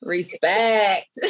Respect